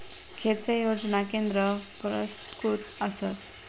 खैचे योजना केंद्र पुरस्कृत आसत?